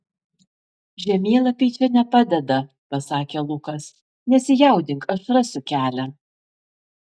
žemėlapiai čia nepadeda pasakė lukas nesijaudink aš rasiu kelią